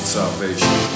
Salvation